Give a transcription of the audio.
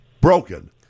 broken